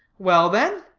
well, then?